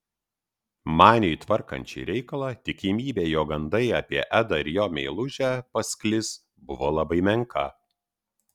maniui tvarkant šį reikalą tikimybė jog gandai apie edą ir jo meilužę pasklis buvo labai menka